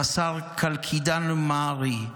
רס"ר קאלקידן מהרי,